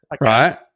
Right